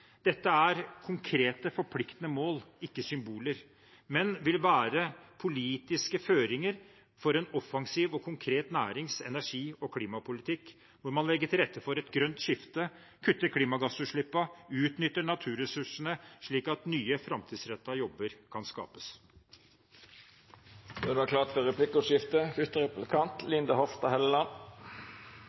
Dette er konkrete, forpliktende mål, ikke symboler, men vil være politiske føringer for en offensiv og konkret nærings-, energi- og klimapolitikk hvor man legger til rette for et grønt skifte, kutter klimagassutslippene og utnytter naturressursene slik at nye framtidsrettede jobber kan skapes. Det